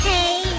Hey